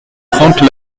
trente